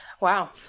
Wow